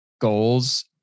goals